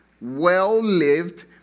well-lived